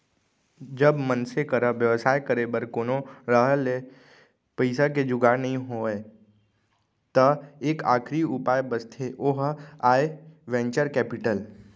जब मनसे करा बेवसाय करे बर कोनो डाहर ले पइसा के जुगाड़ नइ होय त एक आखरी उपाय बचथे ओहा आय वेंचर कैपिटल